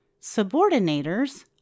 Subordinators